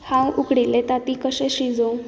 हांव उकडिल्लें तांती कशें शिजोवं